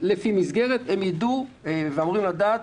שלפי המסגרת הם יידעו ואמורים לדעת,